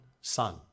son